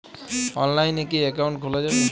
অনলাইনে কি অ্যাকাউন্ট খোলা যাবে?